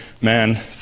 man